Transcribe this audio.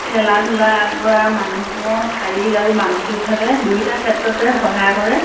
খেলা ধূলাৰ পৰা মানুহ শাৰীৰিক আৰু মানসিকভাৱে দুয়োটা ক্ষেত্ৰতে সহায় কৰে